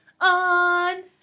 on